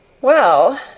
Well